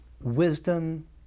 wisdom